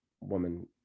woman